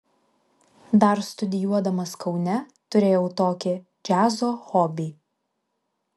dar studijuodamas kaune turėjau tokį džiazo hobį